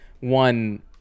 one